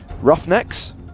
Roughnecks